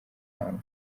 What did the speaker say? muhango